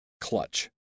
clutch